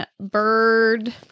bird